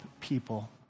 people